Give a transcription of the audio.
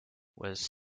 was